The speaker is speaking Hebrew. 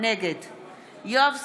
יואב סגלוביץ'